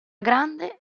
grande